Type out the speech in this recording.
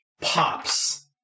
pops